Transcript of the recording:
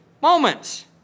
moments